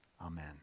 Amen